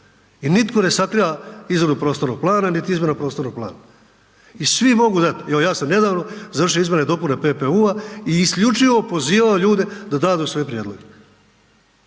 i nitko ne sakriva izradu prostornog plana, niti izmjenu prostornog plana i svi mogu dat, evo ja sam nedavno završio izmjene i dopune PPU-a i isključivo pozivao ljude da dadu svoje prijedloge